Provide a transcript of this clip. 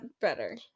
better